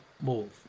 move